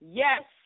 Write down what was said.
yes